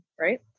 right